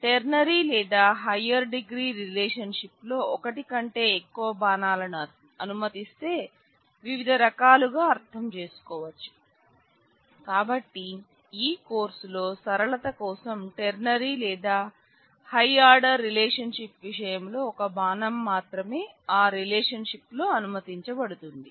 ternary లేదా higher degree relationship లో ఒకటి కంటే ఎక్కువ బాణాలను అనుమతిస్తే వివిధ రకాలుగా అర్థం చేసుకోవచ్చు కాబట్టి ఈ కోర్సులో సరళత కోసం టెర్నరీ లేదా హై ఆర్డర్ రిలేషన్షిప్ విషయంలో ఒక బాణం మాత్రమే ఆ రిలేషన్షిప్ లో అనుమతించబడుతుంది